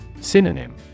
Synonym